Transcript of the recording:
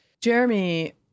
Jeremy